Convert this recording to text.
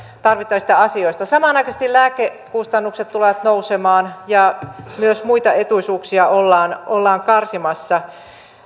tarvittavista asioista samanaikaisesti lääkekustannukset tulevat nousemaan ja myös muita etuisuuksia ollaan ollaan karsimassa